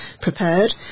prepared